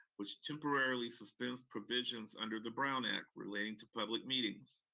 which temporarily suspends provisions under the brown act relating to public meetings.